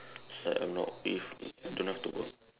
it's like I'm not if don't have to work